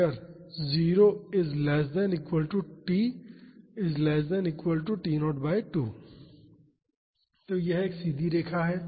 p0p0 तो यह एक सीधी रेखा है